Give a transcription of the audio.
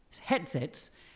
headsets